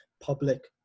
public